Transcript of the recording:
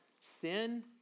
sin